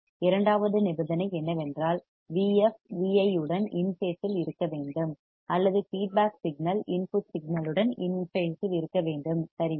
இரண்டாவது நிபந்தனை என்னவென்றால் Vf Vi உடன் இன் பேசில் இருக்க வேண்டும் அல்லது ஃபீட்பேக் சிக்னல் இன்புட் சிக்னல்யுடன் இன் பேசில் இருக்க வேண்டும் சரியா